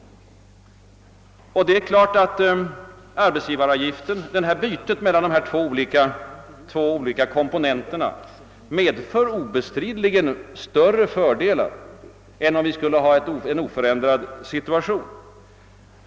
Det är klart att förslaget i sin helhet med dess två komponenter obestridligen medför större fördelar än om vi skulle ha haft en oförändrad situation.